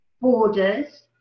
borders